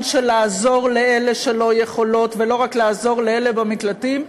של לעזור לאלה שלא יכולות ולא רק לעזור לאלה במקלטים,